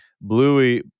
bluey